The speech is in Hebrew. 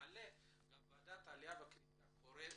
ועדת העלייה והקליטה קוראת